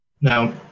Now